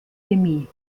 chemie